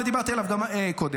דיברתי עליו גם קודם.